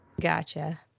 Gotcha